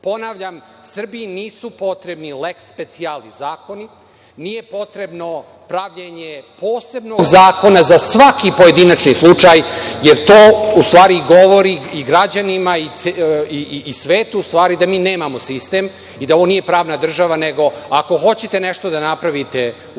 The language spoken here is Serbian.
saobraćaja. Ponavljam, Srbiji nisu potrebni lesk specijalis zakoni, nije potrebno pravljenje posebnog zakona za svaki pojedinačni slučaj, jer to u stvari govori i građanima i svetu da mi nemamo sistem i da ovo nije pravna država, nego ako hoćete nešto da napravite u Srbiji,